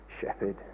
Shepherd